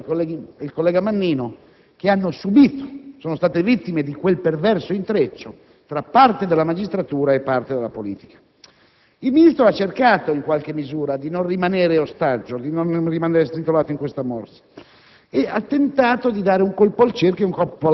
analizzare quello che è il perverso intreccio che c'è stato tra parte della magistratura e parte della politica, la sinistra segnatamente, ed è quello che provoca questa soggezione che il Governo vuole imporre al Parlamento nei confronti della magistratura.